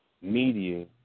media